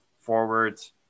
forwards